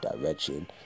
direction